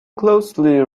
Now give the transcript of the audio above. closely